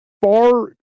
far